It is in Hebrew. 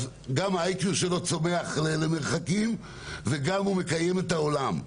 אז גם ה IQ שלו צומח למרחקים וגם הוא מקיים את העולם.